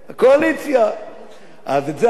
אז את זה אנחנו נראה לציבור בישראל,